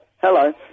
hello